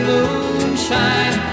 Moonshine